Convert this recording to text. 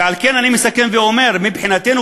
ועל כן אני מסכם ואומר: מבחינתנו,